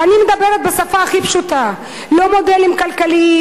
ואני מדברת בשפה הכי פשוטה, לא מודלים כלכליים,